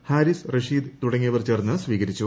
ഹാരിസ് റഷീദ് തുടങ്ങിയവർ ചേർന്ന് സ്വീകരിച്ചു